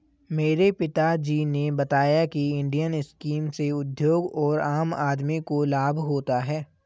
मेरे पिता जी ने बताया की इंडियन स्कीम से उद्योग और आम आदमी को लाभ होता है